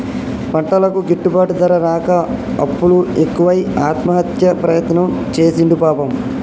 పంటలకు గిట్టుబాటు ధర రాక అప్పులు ఎక్కువై ఆత్మహత్య ప్రయత్నం చేసిండు పాపం